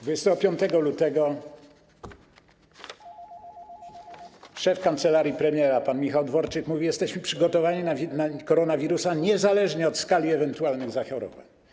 25 lutego szef kancelarii premiera pan Michał Dworczyk mówił: Jesteśmy przygotowani na koronawirusa niezależnie od skali ewentualnych zachorowań.